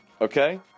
okay